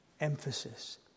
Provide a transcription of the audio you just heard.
emphasis